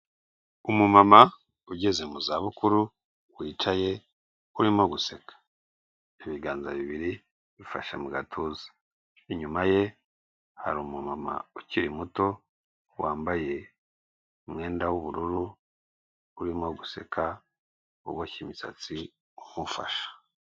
Umumama ugeze mu za bukuru wicaye urimo guseka, ibiganza bibiri bifashe mu gatuza, inyuma ye hari umumama ukiri muto wambaye umwenda w'ubururu, urimo guseka woboshye imisatsi umufasha.